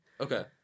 okay